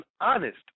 honest